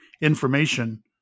information